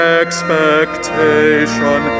expectation